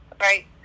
right